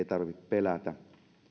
tarvitse pelätä